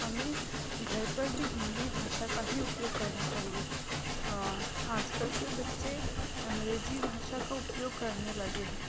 हमें घर पर भी हिन्दी भाषा का ही उपयोग करना चाहिए आज कल के बच्चे अंग्रेजी भाषा का उपयोग करने लगे हैं